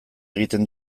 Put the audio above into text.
egiten